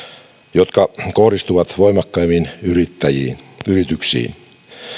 jotka kohdistuvat voimakkaimmin yrityksiin